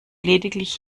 lediglich